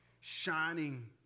shining